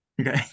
Okay